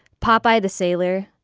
popeye the sailor.